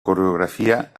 coreografia